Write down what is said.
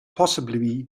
possibly